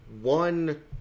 One